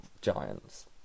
giants